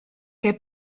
che